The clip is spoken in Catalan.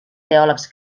teòlegs